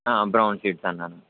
brown sheets అన్నాను